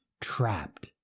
trapped